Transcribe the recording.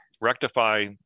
rectify